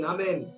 Amen